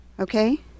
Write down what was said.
Okay